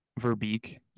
Verbeek